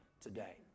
today